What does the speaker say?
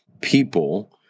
people